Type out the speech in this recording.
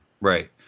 Right